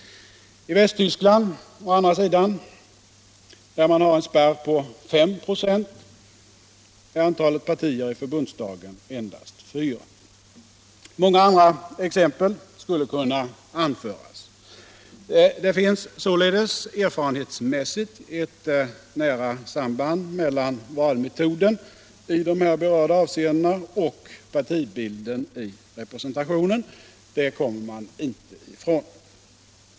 I Västtyskland å andra sidan, där man har en spärr på 5 96, är antalet partier i förbundsdagen endast fyra. Många andra exempel skulle kunna anföras. Det finns således erfarenhetsmässigt ett nära samband mellan valmetoden i de här avseendena och partibilden i representationen; det kommer man inte ifrån.